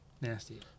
nasty